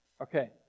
Okay